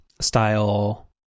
style